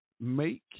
make